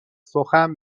سخن